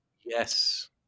Yes